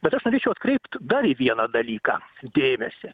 bet aš norėčiau atkreipt dar vieną dalyką dėmesį